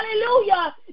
Hallelujah